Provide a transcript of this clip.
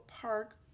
Park